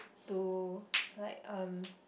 to like um